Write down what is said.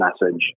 message